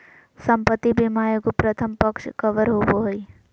संपत्ति बीमा एगो प्रथम पक्ष कवर होबो हइ